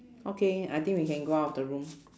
okay I think we can go out of the room